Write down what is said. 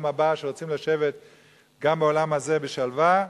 הבא שרוצים לשבת גם בעולם הזה בשלווה,